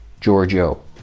Giorgio